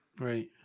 right